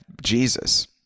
Jesus